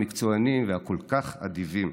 המקצוענים והכל-כך אדיבים: